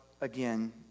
again